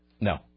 No